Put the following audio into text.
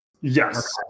Yes